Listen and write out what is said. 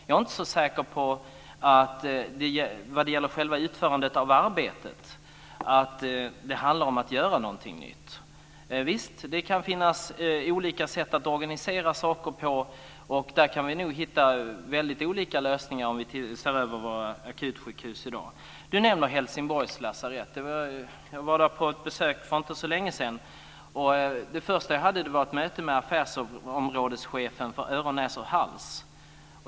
Jag är inte så säker på att det vad gäller själva utförandet av arbetet handlar om att göra någonting nytt. Men visst, det kan finnas olika sätt att organisera saker. Där kan vi nog hitta väldigt olika lösningar vid en översyn av våra akutsjukhus i dag. Leif Carlson nämner Helsingborgs lasarett. Jag var där på besök för inte så länge sedan. Först hade jag ett möte med affärsområdeschefen för öron-näsahals.